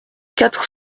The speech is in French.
quatre